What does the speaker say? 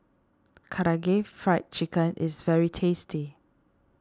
Karaage Fried Chicken is very tasty